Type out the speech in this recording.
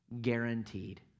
guaranteed